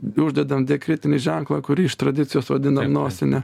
uždedam diakritinį ženklą kurį iš tradicijos vadinam nosine